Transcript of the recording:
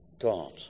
God